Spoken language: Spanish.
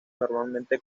normalmente